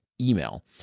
email